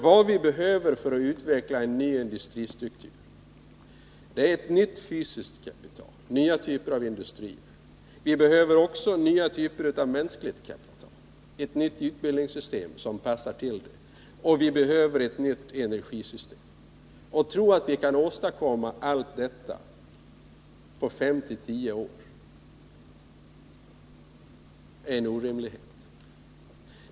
Vad vid behöver för att utveckla en ny industristruktur är ett nytt fysiskt kapital, nya typer av industri. Vi behöver också nya typer av mänskligt kapital och ett nytt utbildningssystem som passar till detta. Vi behöver även ett nytt energisystem. Att tro att vi kan åstadkomma allt det här på 5-10 år är orimligt.